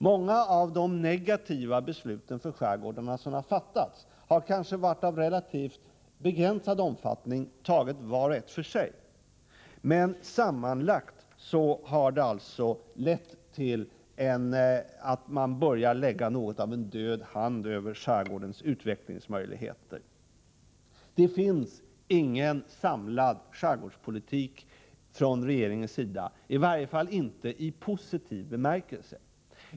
Många av de negativa beslut som fattas när det gäller skärgården har vart och ett för sig kanske varit av relativt begränsad omfattning. Men totalt sett har besluten lett till att man liksom börjar lägga något av en förlamande hand över skärgårdens utvecklingsmöjligheter. Det förs ingen samlad skärgårdspolitik från regeringens sida, i varje fall inte i positiv bemärkelse.